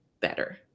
better